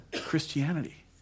Christianity